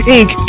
Inc